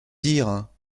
dire